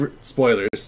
spoilers